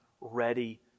ready